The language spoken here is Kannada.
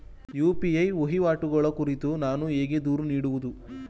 ಯು.ಪಿ.ಐ ವಹಿವಾಟುಗಳ ಕುರಿತು ನಾನು ಹೇಗೆ ದೂರು ನೀಡುವುದು?